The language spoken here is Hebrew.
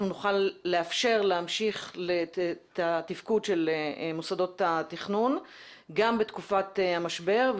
נוכל לאפשר להמשיך את התפקוד של מוסדות התכנון גם בתקופת המשבר,